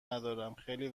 ندارم، خیلی